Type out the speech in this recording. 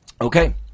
Okay